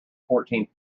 fourteenth